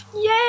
Yay